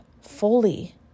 fully